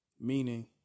Meaning